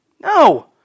No